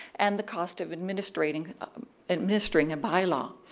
and the cost of administering administering a by law.